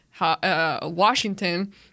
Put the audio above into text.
Washington